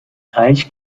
reich